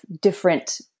different